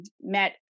met